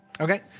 Okay